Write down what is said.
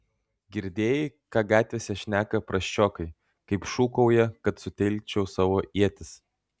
girdėjai ką gatvėse šneka prasčiokai kaip šūkauja kad sutelkčiau savo ietis